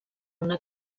una